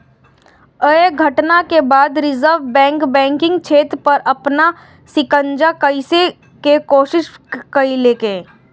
अय घटना के बाद रिजर्व बैंक बैंकिंग क्षेत्र पर अपन शिकंजा कसै के कोशिश केलकै